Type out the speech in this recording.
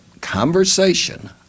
conversation